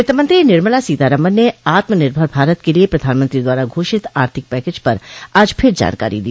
वित्त मंत्री निर्मला सीतारामन ने आत्म निर्भर भारत के लिये प्रधानमंत्री द्वारा घोषित आर्थिक पैकेज पर आज फिर जानकारी दी